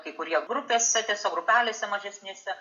kai kurie grupės tiesiog grupelėse mažesnėse